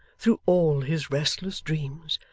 through all his restless dreams,